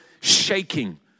shaking